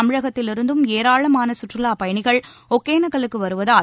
தமிழகத்திலிருந்தும் ஏராளமான சுற்றுலாப் பயணிகள் ஒகேனெக்கல்லுக்கு வருவதால்